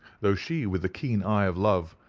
though she, with the keen eye of love,